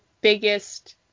biggest